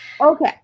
okay